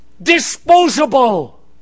disposable